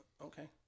Okay